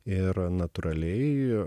ir natūraliai